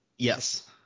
Yes